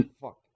fuck